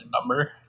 number